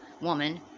woman